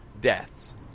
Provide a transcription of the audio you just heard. deaths